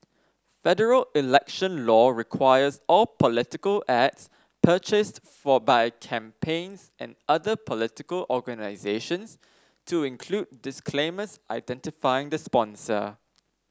federal election law requires all political ads purchased for by campaigns and other political organisations to include disclaimers identifying the sponsor